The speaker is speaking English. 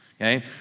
okay